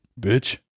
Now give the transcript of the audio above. bitch